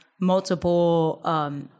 multiple